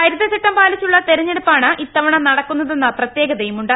ഹരിത ചട്ടം പാലിച്ചുള്ള തെരെഞ്ഞെടുപ്പാണ് ഇത്തവണ നടക്കുന്നതെന്ന പ്രത്യേകതയുമുണ്ട്